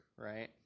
Right